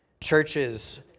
Churches